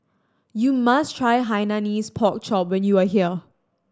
you must try Hainanese Pork Chop when you are here